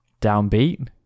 downbeat